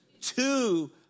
Two